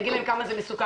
נגיד להם כמה זה מסוכן.